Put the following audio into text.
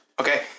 Okay